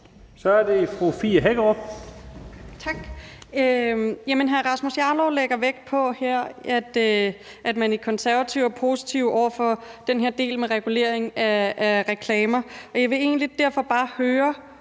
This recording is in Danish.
Kl. 16:21 Fie Hækkerup (S): Tak. Hr. Rasmus Jarlov lægger her vægt på, at man i Konservative er positive over for den her del med regulering af reklamer, og jeg vil egentlig derfor bare høre